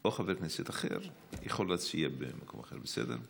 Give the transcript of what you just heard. או חבר כנסת אחר יכול להציע במקום אחר, בסדר?